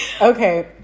Okay